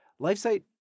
LifeSite